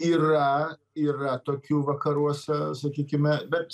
yra yra tokių vakaruose sakykime bet